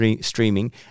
streaming